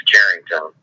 Carrington